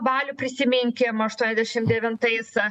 balių prisiminkim aštuoniasdešim devintais